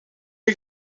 une